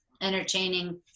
entertaining